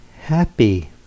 Happy